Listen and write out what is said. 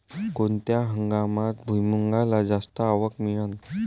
कोनत्या हंगामात भुईमुंगाले जास्त आवक मिळन?